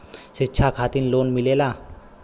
शिक्षा खातिन लोन मिलेला?